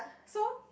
so